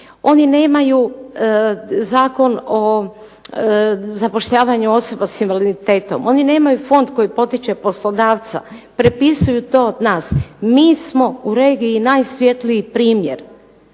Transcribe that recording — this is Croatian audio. Oni nemaju Zakon o zapošljavanju osoba sa invaliditetom, oni nemaju fond koji potiče poslodavca, prepisuju to od nas. Mi smo u regiji najsvjetliji primjer.